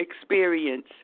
experience